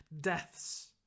deaths